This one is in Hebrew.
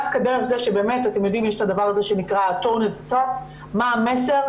יש את הדבר הזה שנקרא מה המסר.